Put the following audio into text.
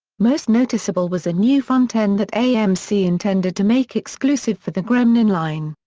most noticeable was a new front end that amc intended to make exclusive for the gremlin line.